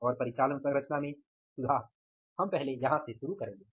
और परिचालन संरचना में सुधार हम पहले यहाँ से शुरू करेंगे